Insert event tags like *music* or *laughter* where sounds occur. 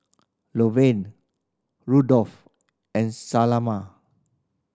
*unintelligible* Rodolfo and Selma